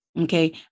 Okay